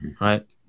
right